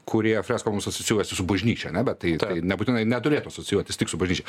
kurie freskom mum asocijuojasi su bažnyčia ane bet tai nebūtinai neturėtų asocijuotis tik su bažnyčia